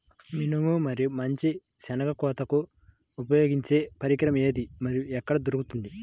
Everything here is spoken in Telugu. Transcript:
మినుము మరియు మంచి శెనగ కోతకు ఉపయోగించే పరికరం ఏది మరియు ఎక్కడ దొరుకుతుంది?